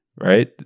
Right